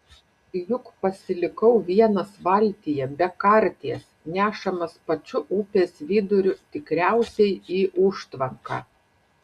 juk pasilikau vienas valtyje be karties nešamas pačiu upės viduriu tikriausiai į užtvanką